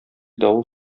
давыл